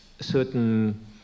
certain